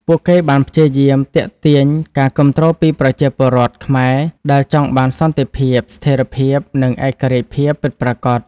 ពួកគេបានព្យាយាមទាក់ទាញការគាំទ្រពីប្រជាពលរដ្ឋខ្មែរដែលចង់បានសន្តិភាព ស្ថិរភាព និងឯករាជ្យភាពពិតប្រាកដ។